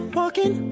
walking